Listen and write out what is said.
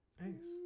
Thanks